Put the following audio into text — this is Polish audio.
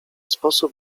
sposób